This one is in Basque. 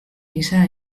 gisa